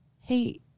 hey